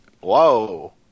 Whoa